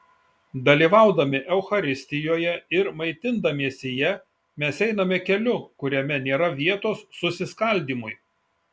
dalyvaudami eucharistijoje ir maitindamiesi ja mes einame keliu kuriame nėra vietos susiskaldymui